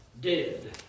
dead